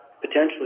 potentially